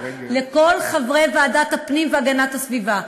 לכל חברי ועדת הפנים והגנת הסביבה,